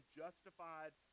justified